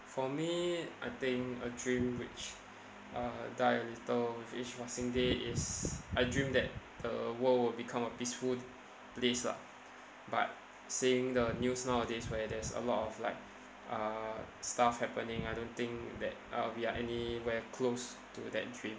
for me I think a dream which uh die a little with each passing day is I dream that the world will become a peaceful place lah but seeing the news nowadays where there's a lot of like uh stuff happening I don't think that uh we are anywhere close to that dream